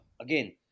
again